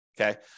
okay